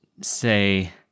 say